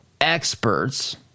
experts